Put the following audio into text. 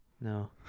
No